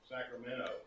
Sacramento